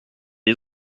des